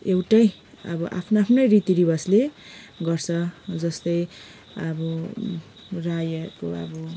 एउटै अब आफ्नो आफ्नै रीतिरिवाजले गर्छ जस्तै अब राईहरूको अब